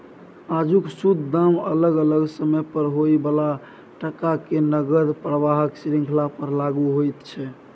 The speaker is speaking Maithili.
आजुक शुद्ध दाम अलग अलग समय पर होइ बला टका के नकद प्रवाहक श्रृंखला पर लागु होइत छै